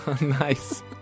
Nice